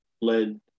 led